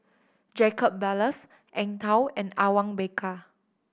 Jacob Ballas Eng Tow and Awang Bakar